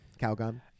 Calgon